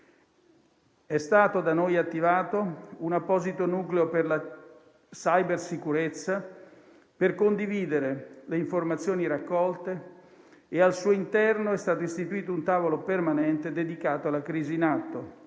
È stato da noi attivato un apposito nucleo per la *cyber* sicurezza per condividere le informazioni raccolte e, al suo interno, è stato istituito un tavolo permanente dedicato alla crisi in atto.